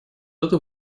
это